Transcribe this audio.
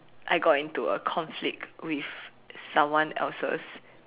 I got into a conflict with someone else's